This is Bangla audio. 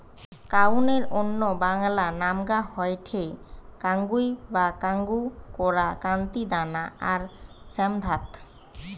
কাউনের অন্য বাংলা নামগা হয়ঠে কাঙ্গুই বা কাঙ্গু, কোরা, কান্তি, দানা আর শ্যামধাত